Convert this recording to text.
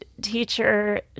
teacher